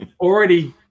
already